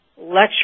Lecture